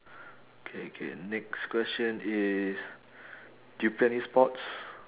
K K next question is do you play any sports